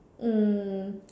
mm